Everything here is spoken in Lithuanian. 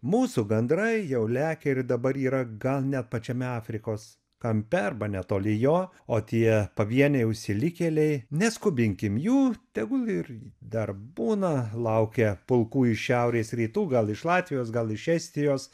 mūsų gandrai jau lekia ir dabar yra gal net pačiame afrikos kampe arba netoli jo o tie pavieniai užsilikėliai neskubinkim jų tegu ir dar būna laukia pulkų iš šiaurės rytų gal iš latvijos gal iš estijos